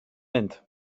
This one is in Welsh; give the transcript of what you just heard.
mynd